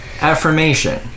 Affirmation